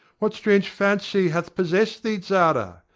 what strange fancy hath possessed thee, zara?